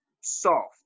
soft